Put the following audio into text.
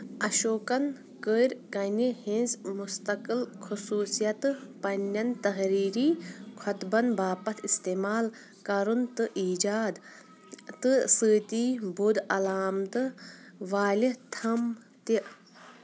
اشوكن كٔر كنہِ ہٕنٛز مُستقل خصوٗصیتہٕ پنٕنیٚن تحریٖری خۅطبن باپتھ اِستعمال كرُن تہٕ ایٖجاد تہٕ سٍتی بُدھ علامتہٕ والہِ تھم تہِ